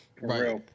Right